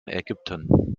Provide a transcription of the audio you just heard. ägypten